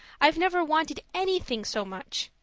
i've never wanted anything so much.